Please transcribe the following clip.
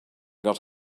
got